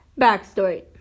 backstory